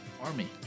Army